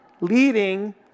Leading